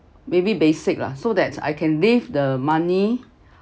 maybe basic lah so that I can leave the money